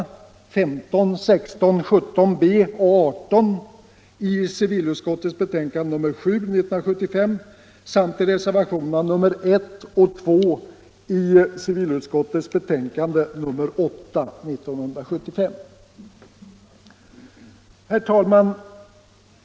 Herr talman!